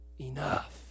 Enough